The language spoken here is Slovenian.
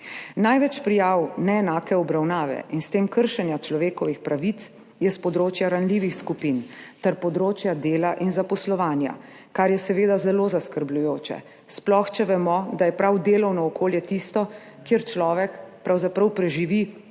Največ prijav neenake obravnave in s tem kršenja človekovih pravic je s področja ranljivih skupin ter področja dela in zaposlovanja, kar je seveda zelo zaskrbljujoče, splohče vemo, da je prav delovno okolje tisto, kjer človek pravzaprav preživi večino